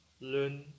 learn